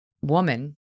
woman